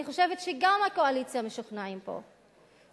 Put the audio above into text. אני חושבת שגם הקואליציה משוכנעים פה,